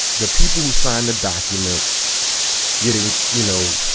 the people who signed the document getting, you know,